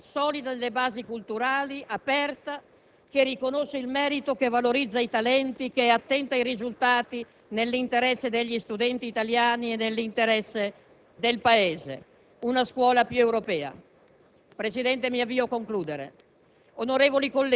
Emerge dunque il profilo di una scuola seria, solida nelle basi culturali, aperta, che riconosce il merito, che valorizza i talenti, che è attenta ai risultati, nell'interesse degli studenti italiani e nell'interesse del Paese; una scuola più europea.